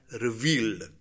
revealed